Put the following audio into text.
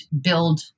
build